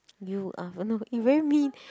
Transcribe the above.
you are oh no you very mean